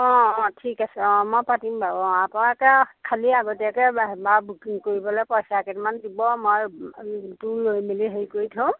অঁ অঁ ঠিক আছে অঁ মই পাতিম বাৰু অঁ আপোনালোকে আৰু খালি আগতীয়াকৈ বা বুকিং কৰিবলৈ পইচা কেইটামান দিব মই ৰুমটো লৈ মেলি হেৰি কৰি থ'ম